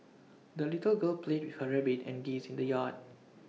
the little girl played with her rabbit and geese in the yard